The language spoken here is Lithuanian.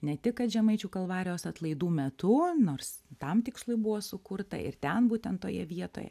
ne tik kad žemaičių kalvarijos atlaidų metu nors tam tikslui buvo sukurta ir ten būtent toje vietoje